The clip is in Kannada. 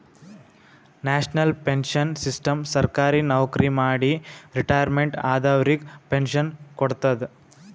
ನ್ಯಾಷನಲ್ ಪೆನ್ಶನ್ ಸಿಸ್ಟಮ್ ಸರ್ಕಾರಿ ನವಕ್ರಿ ಮಾಡಿ ರಿಟೈರ್ಮೆಂಟ್ ಆದವರಿಗ್ ಪೆನ್ಶನ್ ಕೊಡ್ತದ್